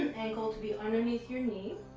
ankle to be underneath your knee.